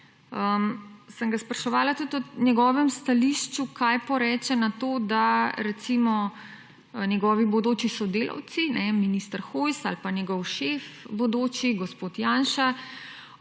sem ga spraševala tudi o njegovem stališču, kaj poreče na to, da recimo njegovi bodoči sodelavci, ne, minister Hojs ali pa njegov šef bodoči, gospod Janša,